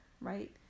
right